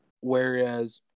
Whereas